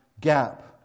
gap